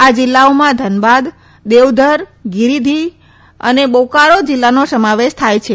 આ જીલ્લાઓમાં ધનબાદ દેઉધર ગીરીદીફ અને બોકારો જીલ્લાનો સમાવેશ થાય છે